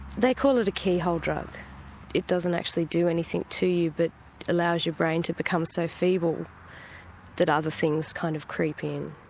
they call it a keyhole drug it doesn't actually do anything to you but allows your brain to become so feeble that other things kind of creep in.